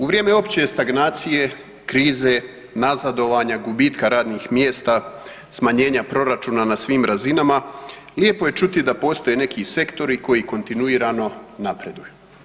U vrijeme opće stagnacije, krize, nazadovanja, gubitka radnih mjesta, smanjenja proračuna na svim razinama lijepo je čuti da postoje neki sektori koji kontinuirano napreduju.